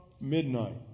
midnight